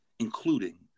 including